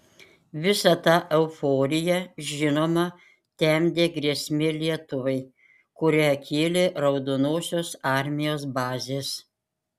visą tą euforiją žinoma temdė grėsmė lietuvai kurią kėlė raudonosios armijos bazės